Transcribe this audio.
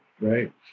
right